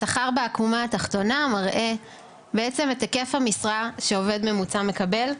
השכר בעקומה התחתונה מראה בעצם את היקף המשרה שעובד ממוצע מקבל,